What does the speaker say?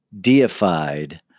deified